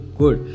good